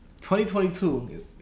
2022